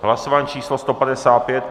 Hlasování číslo 155.